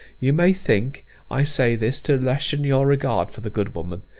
you may think i say this to lessen your regard for the good woman.